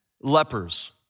lepers